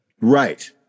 Right